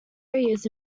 areas